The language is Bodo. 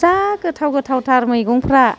जा गोथाव गाथावथार मैगंफ्रा